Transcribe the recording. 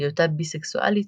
בהיותה ביסקסואלית,